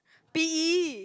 P_E